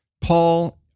Paul